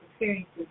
experiences